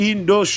Indo